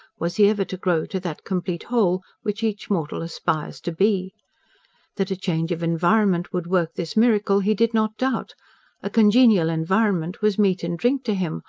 was he ever to grow to that complete whole which each mortal aspires to be that a change of environment would work this miracle he did not doubt a congenial environment was meat and drink to him,